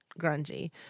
grungy